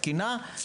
תקינה,